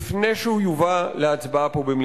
תקראו את ההגדרות, מה לא נחשב פה לטרור?